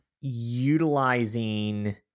utilizing